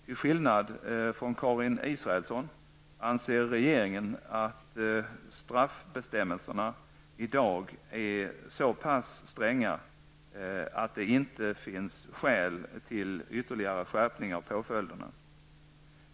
Till skillnad från Karin Israelsson anser regeringen att straffbestämmelserna i dag är så pass stränga att det inte finns skäl till ytterligare skärpning av påföljderna.